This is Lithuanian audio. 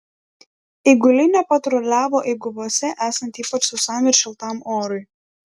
eiguliai nepatruliavo eiguvose esant ypač sausam ir šiltam orui